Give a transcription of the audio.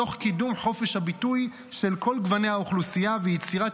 תוך קידום חופש הביטוי של כל גוני האוכלוסייה ויצירת